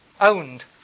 owned